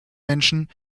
menschen